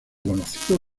conocido